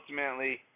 ultimately